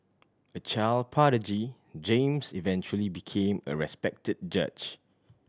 a child prodigy James eventually became a respected judge